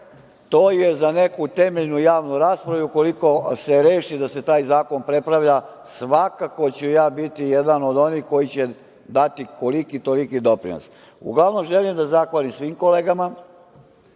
To je za neku temeljnu javnu raspravu i ukoliko se reši da se taj zakon prepravlja, svakako ću ja biti jedan od onih koji će dati koliki-toliko doprinos. Uglavnom, želim da zahvalim svim kolegama